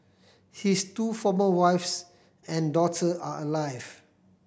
his two former wives and daughter are alive